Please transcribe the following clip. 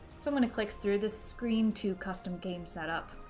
so i'm going to click through this screen to custom game setup